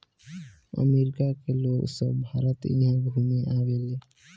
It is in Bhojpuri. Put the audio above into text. अमरिका के लोग सभ भारत इहा घुमे आवेले